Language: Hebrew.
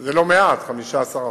זה לא מעט 15%,